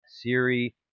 Siri